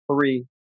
three